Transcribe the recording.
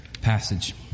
passage